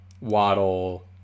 waddle